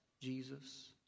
Jesus